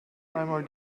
einmal